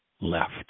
left